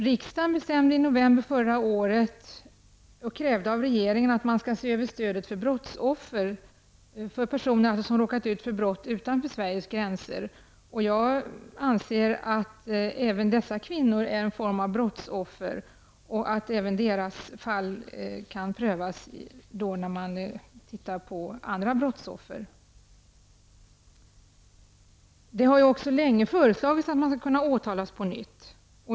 Riksdagen krävde genom beslut i november förra året av regeringen att se över frågan om stöd till brottsoffer, dvs. för personer som råkat ut för brott utanför Sveriges gränser. Jag anser att även dessa kvinnor är en form av brottsoffer och att även deras fall bör kunna prövas när man tar upp frågan om andra brottsoffer. Det har också sedan länge föreslagits att åtal skall kunna väckas på nytt.